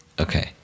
Okay